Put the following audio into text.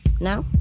Now